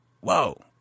Whoa